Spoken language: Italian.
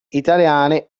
italiane